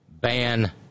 ban